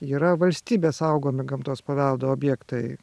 yra valstybės saugomi gamtos paveldo objektai